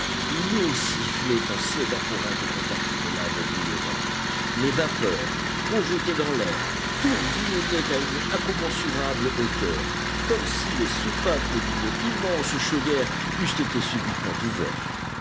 l'eau sifflait en s'évaporant au contact des laves bouillonnantes les vapeurs projetées dans l'air tourbillonnaient à une incommensurable hauteur comme si les soupapes d'une immense chaudière eussent été subitement ouvertes